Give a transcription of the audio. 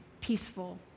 peaceful